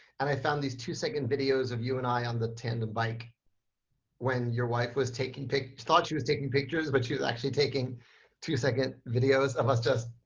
and i found these two second videos of you and i on the tandem bike when your wife was taking thought she was taking pictures, but she was actually taking two second videos of us just.